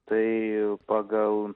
tai pagal